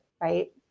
right